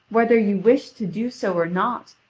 whether you wish to do so or not,